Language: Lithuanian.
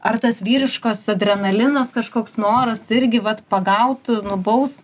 ar tas vyriškas adrenalinas kažkoks noras irgi vat pagaut nubaust